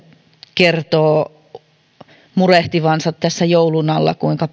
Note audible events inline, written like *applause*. kertoo murehtivansa tässä joulun alla kuinka *unintelligible*